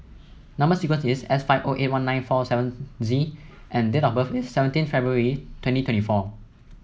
number sequence is S five O eight one nine four seven Z and date of birth is seventeen February twenty twenty four